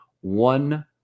one